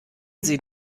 sie